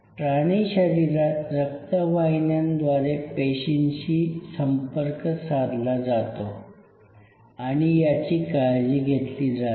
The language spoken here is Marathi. प्राणी शरीरात रक्तवाहिन्यांद्वारे पेशींशी संपर्क साधला जातो आणि याची काळजी घेतली जाते